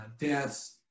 deaths